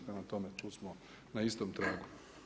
Prema tome, tu smo na istom tragu.